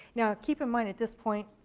now, keep in mind at this point,